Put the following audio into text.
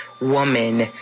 woman